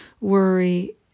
worry